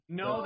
no